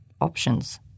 options